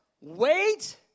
wait